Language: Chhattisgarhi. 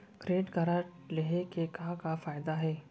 क्रेडिट कारड लेहे के का का फायदा हे?